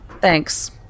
Thanks